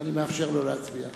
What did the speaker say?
ואני מאפשר לו להצביע,